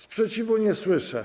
Sprzeciwu nie słyszę.